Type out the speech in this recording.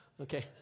okay